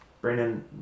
Brandon